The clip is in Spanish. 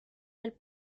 del